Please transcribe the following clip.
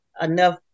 enough